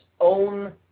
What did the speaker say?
own